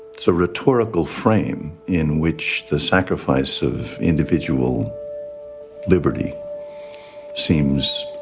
it's a rhetorical frame in which the sacrifice of individual liberty seems.